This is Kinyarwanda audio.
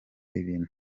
ibintu